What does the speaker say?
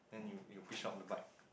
then you you push up the bike